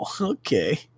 okay